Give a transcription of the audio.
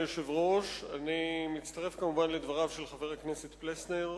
אני מצטרף כמובן לדבריו של חבר הכנסת פלסנר,